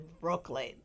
Brooklyn